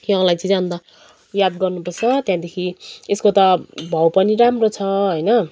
यो अलैँची चाहिँ अन्त याद गर्नुपर्छ त्यहाँदेखि यसको त भाउ पनि राम्रो छ होइन